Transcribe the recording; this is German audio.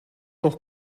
doch